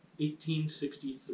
1863